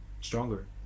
stronger